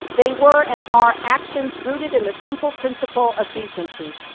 they were and are actions rooted in the simple principle of decency.